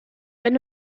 wenn